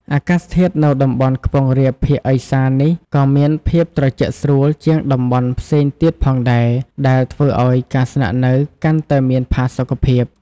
អាកាសធាតុនៅតំបន់ខ្ពង់រាបភាគឦសាននេះក៏មានភាពត្រជាក់ស្រួលជាងតំបន់ផ្សេងទៀតផងដែរ ដែលធ្វើឲ្យការស្នាក់នៅកាន់តែមានផាសុកភាព។